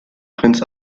prinz